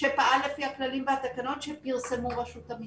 שפעל לפי הכללים והתקנות שפרסמו רשות המסים.